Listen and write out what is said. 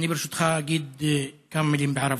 ברשותך אגיד כמה מילים בערבית: